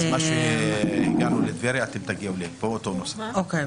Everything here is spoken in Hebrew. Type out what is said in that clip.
אז נעשה פה אותו נוסח כמו בטבריה.